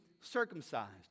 circumcised